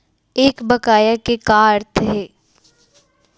एक बकाया के का अर्थ हे?